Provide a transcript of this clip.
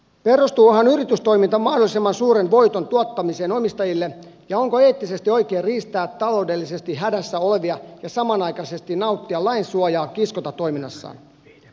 perustuuhan yritystoiminta mahdollisimman suuren voiton tuottamiseen omistajille ja onko eettisesti oikein riistää taloudellisesti hädässä olevia ja samanaikaisesti nauttia lain suojaa kiskontatoiminnassaan